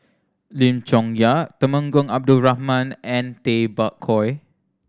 Lim Chong Yah Temenggong Abdul Rahman and Tay Bak Koi